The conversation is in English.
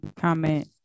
comment